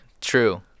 true